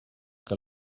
que